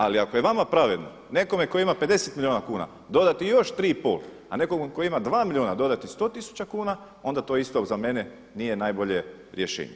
Ali ako je vama pravedno nekome ko ima 50 milijuna kuna dodati još 3,5 a nekomu ko ima 2 milijuna dodati 100 tisuća kuna onda to isto za mene nije najbolje rješenje.